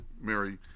Mary